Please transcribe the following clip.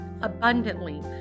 abundantly